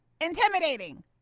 Intimidating